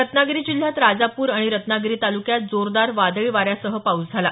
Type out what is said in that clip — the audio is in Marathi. रत्नागिरी जिल्ह्यात राजापूर आणि रत्नागिरी तालुक्यात जोरदार वादळी वाऱ्यांसह पाऊस झाला